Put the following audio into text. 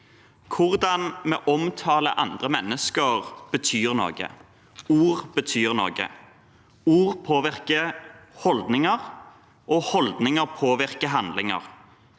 Hvordan vi omtaler andre mennesker, betyr noe. Ord betyr noe. Ord påvirker holdninger, og holdninger påvirker handlinger.